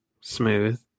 smooth